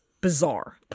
bizarre